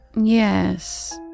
Yes